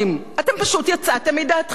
אתם פשוט יצאתם מדעתכם.